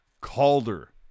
Calder